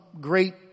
great